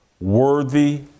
worthy